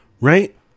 right